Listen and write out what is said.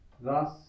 Thus